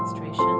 trees